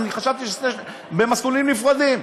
חשבתי שזה במסלולים נפרדים.